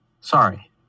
sorry